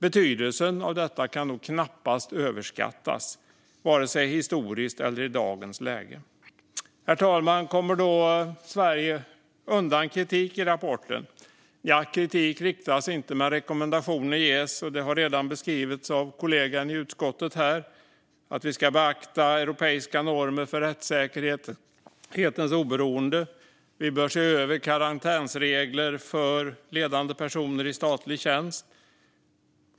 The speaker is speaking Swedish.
Betydelsen av detta kan knappast överskattas, vare sig historiskt eller i dagens läge. Herr talman! Kommer då Sverige undan kritik i rapporten? Nja, det riktas ingen kritik, men rekommendationer ges, vilket redan har beskrivits av min utskottskollega här. Det handlar om att vi ska beakta europeiska normer för rättsväsendets oberoende och att vi bör se över karantänsregler för ledande personer i statlig tjänst.